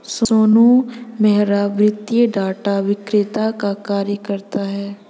सोनू मेहरा वित्तीय डाटा विक्रेता का कार्य करता है